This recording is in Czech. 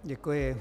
Děkuji.